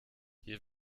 hier